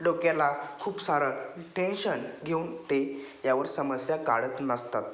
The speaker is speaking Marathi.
डोक्याला खूप सारं टेन्शन घेऊन ते यावर समस्या काढत नसतात